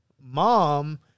mom